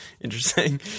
Interesting